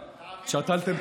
שתלתם,